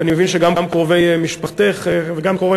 ואני מבין שגם קרובי משפחתֵך וגם קרובי